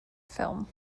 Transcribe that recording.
film